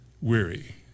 weary